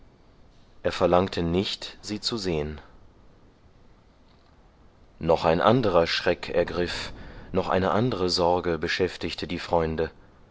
er verlangte nicht sie zu sehen noch ein anderer schreck ergriff noch eine andere sorge beschäftigte die freunde